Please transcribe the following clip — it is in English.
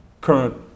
current